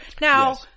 Now